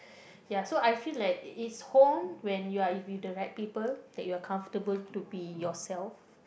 ya so I feel like it is home when you are with the right people that you are comfortable to be yourself